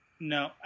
no